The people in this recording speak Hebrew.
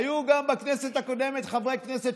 היו גם בכנסת הקודמת חברי כנסת,